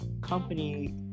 company